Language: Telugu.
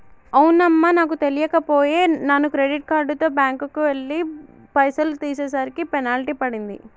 అవునమ్మా నాకు తెలియక పోయే నాను క్రెడిట్ కార్డుతో బ్యాంకుకెళ్లి పైసలు తీసేసరికి పెనాల్టీ పడింది